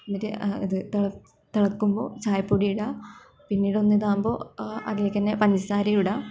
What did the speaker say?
എന്നിട്ട് അത് തിളക്കുമ്പോൾ ചായ പൊടി ഇടുക പിന്നീട് ഇതാകുമ്പോൾ അതിലേക്ക് തന്നെ പഞ്ചസാര ഇടുക